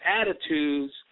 attitudes